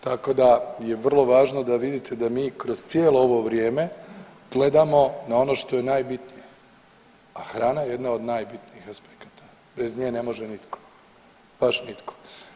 Tako da je vrlo važno da vidite da mi kroz cijelo ovo vrijeme gledamo na ono što je najbitnije, a hrana je jedna od najbitnijih aspekata, bez nje ne može nitko, baš nitko.